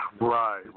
Right